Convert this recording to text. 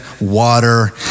water